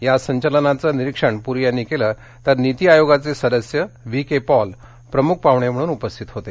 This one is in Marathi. या संचलनाच निरीक्षण पुरी यांनी केलं तर नीती आयोगाचे सदस्य व्हि के पॉल प्रमुख पाहणे म्हणून उपस्थित होते